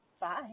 Bye